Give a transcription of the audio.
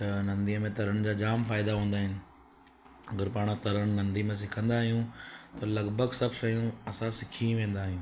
त नदीअ में तरण जा जाम फ़ाइदा हूंदा आहिनि अगरि पाण तरणु नदी में सिखंदा आहियूं त लॻभॻि सभु शयूं असां सिखी वेंदा आहियूं